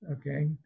okay